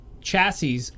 chassis